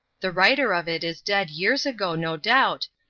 the writer of it is dead years ago, no doubt,